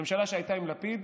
הממשלה שהייתה עם לפיד,